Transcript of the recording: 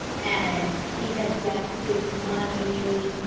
and he has left his money?